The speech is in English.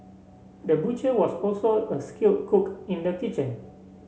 the butcher was also a skilled cook in the kitchen